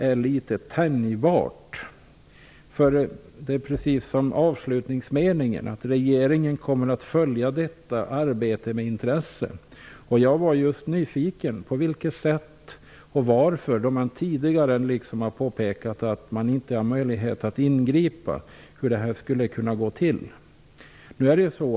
Det är på samma sätt med den sista meningen: ''Regeringen kommer att följa detta arbete med intresse.'' Jag var just nyfiken på hur det skulle kunna gå till, då man tidigare har påpekat att man inte har möjlighet att ingripa.